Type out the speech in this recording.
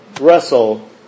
Russell